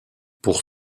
pour